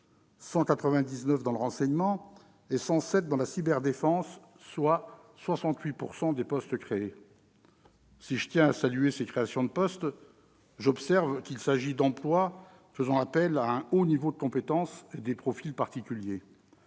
199 dans le renseignement et 107 dans la cyberdéfense, soit 68 % des postes créés. Si je tiens à saluer ces créations de postes, j'observe qu'il s'agit d'emplois faisant appel à un haut niveau de compétences et à des profils particuliers.